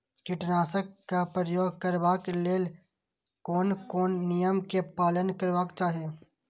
कीटनाशक क प्रयोग करबाक लेल कोन कोन नियम के पालन करबाक चाही?